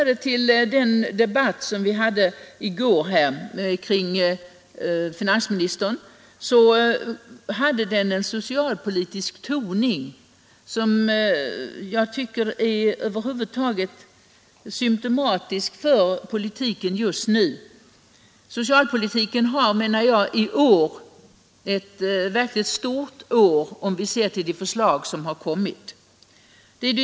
Den debatt som fördes här i går kring finansministerns anförande hade en socialpolitisk toning som jag tycker är symtomatisk över huvud taget för politiken just nu. Socialpolitiken har, menar jag, nu ett verkligt stort år, om vi ser till de förslag som har kommit.